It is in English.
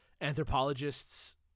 anthropologists